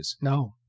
No